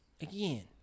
Again